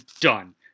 done